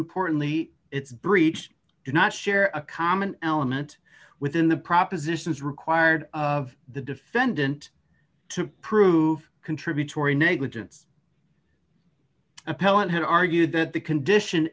importantly it's breached do not share a common element within the propositions required of the defendant to prove contributory negligence appellant had argued that the condition